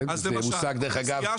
דרך אגב,